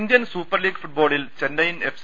Indian super league ഫുട്ബോളിൽ Chennaiyin F